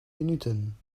minuten